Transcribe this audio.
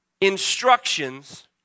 instructions